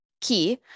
key